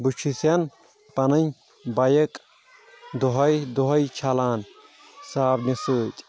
بہٕ چھُس پنٕنۍ بایِک دۄہے دۄہے چھلان صابنہِ سۭتۍ